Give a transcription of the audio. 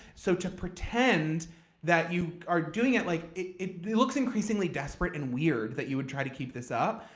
so to pretend that you are doing it, like it it looks increasingly desperate and weird that you would try to keep this up.